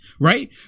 Right